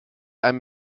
einem